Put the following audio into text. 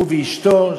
הוא ואשתו.